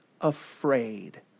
afraid